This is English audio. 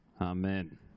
Amen